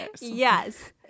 Yes